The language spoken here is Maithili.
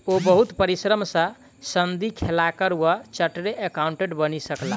ओ बहुत परिश्रम सॅ सनदी लेखाकार वा चार्टर्ड अकाउंटेंट बनि सकला